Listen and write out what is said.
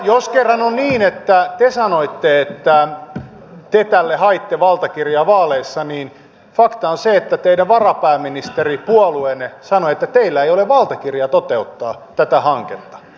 jos kerran on niin että te sanoitte että te tälle haitte valtakirjaa vaaleissa niin fakta on se että teidän varapääministeripuolueenne sanoi että teillä ei ole valtakirjaa toteuttaa tätä hanketta